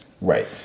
Right